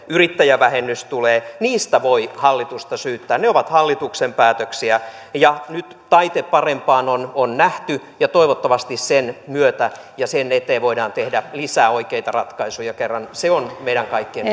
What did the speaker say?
yrittäjävähennys tulee niistä voi hallitusta syyttää ne ovat hallituksen päätöksiä nyt taite parempaan on on nähty ja toivottavasti sen myötä ja sen eteen voidaan tehdä lisää oikeita ratkaisuja koska se on meidän kaikkien